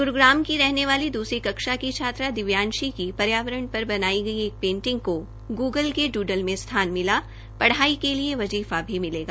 ग्रूग्राम की रहने वाली द्रसरी कक्षा की छात्रा दिव्यांशी की पर्यावरण पर बनाई एक पेटिंग को ग्गल के ड्डल में स्थान मिला पढ़ाई के लिए वजीफा भी मिलेगा